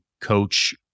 coach